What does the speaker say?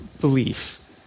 belief